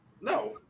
no